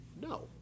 No